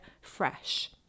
fresh